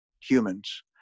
humans